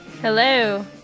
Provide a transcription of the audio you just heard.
Hello